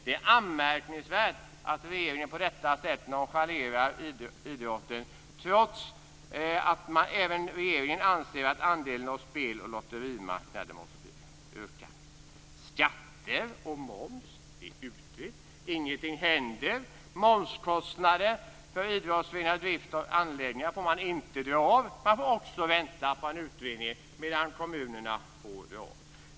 Det är anmärkningsvärt att regeringen på detta sätt nonchalerar idrotten, trots att även regeringen anser att dess andel av spel och lotterimarknaden måste öka. Skatter och moms är utrett - ingenting händer. Momskostnader för idrottsföreningars drift av anläggningar får man inte dra av. Här får man också vänta på en utredning, medan kommunerna får dra av.